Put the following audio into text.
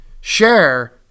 share